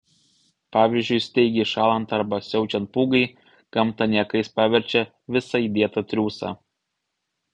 pavyzdžiui staigiai šąlant arba siaučiant pūgai gamta niekais paverčia visą įdėtą triūsą